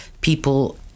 people